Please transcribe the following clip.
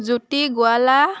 Jyoti Gowala